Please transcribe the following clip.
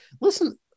Listen